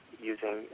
using